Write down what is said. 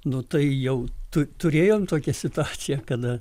nu tai jau tu turėjom tokią situaciją kada